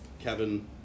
Kevin